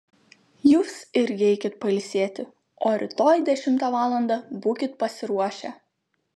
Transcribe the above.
jūs irgi eikit pailsėti o rytoj dešimtą valandą būkit pasiruošę